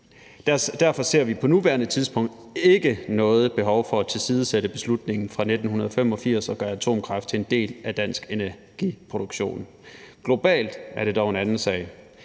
derfor ser vi på nuværende tidspunkt ikke noget behov for at tilsidesætte beslutningen fra 1985 og gøre atomkraft til en del af dansk energiproduktion. Globalt er det dog en anden sag.